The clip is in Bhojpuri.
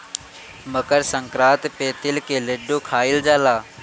मकरसंक्रांति पे तिल के लड्डू खाइल जाला